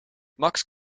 max